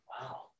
Wow